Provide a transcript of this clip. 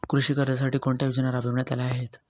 कृषी कर्जासाठी कोणत्या योजना राबविण्यात आल्या आहेत?